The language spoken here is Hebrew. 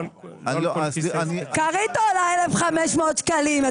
כרית עולה 1,500 שקלים.